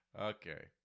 Okay